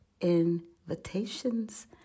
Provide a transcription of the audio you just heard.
invitations